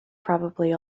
probably